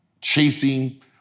chasing